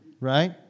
right